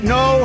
no